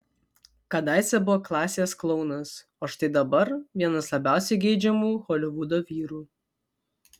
kadaise buvo klasės klounas o štai dabar vienas labiausiai geidžiamų holivudo vyrų